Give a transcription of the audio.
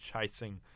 chasing